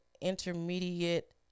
intermediate